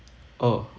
oh